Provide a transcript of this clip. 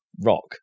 rock